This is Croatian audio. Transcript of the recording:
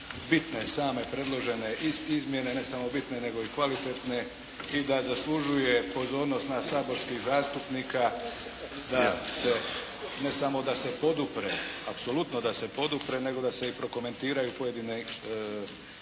bitne same predložene izmjene, ne samo bitne nego i kvalitetne i da zaslužuje pozornost nas saborskih zastupnika ne samo da se podupre, apsolutno da se podupre nego i da se prokomentiraju pojedine njegove